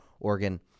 Oregon